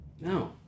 no